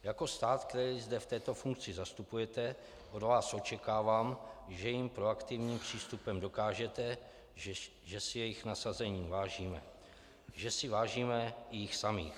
Jako stát, který zde v této funkci zastupujete, od vás očekávám, že jim proaktivním přístupem dokážete, že si jejich nasazení vážíme, že si vážíme jich samých.